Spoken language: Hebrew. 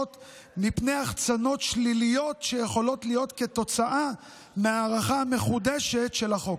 מפני החצנות שליליות שיכולות להיות תוצאה של ההארכה המחודשת של החוק.